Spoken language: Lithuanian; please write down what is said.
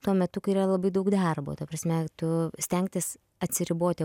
tuo metu kai yra labai daug darbo ta prasme tu stengtis atsiriboti